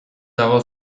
dago